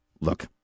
look